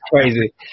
crazy